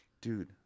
Dude